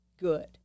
good